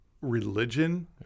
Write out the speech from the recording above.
Religion